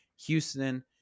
Houston